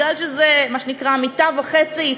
מכיוון שזה מה שנקרא "מיטה וחצי",